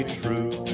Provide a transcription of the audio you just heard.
true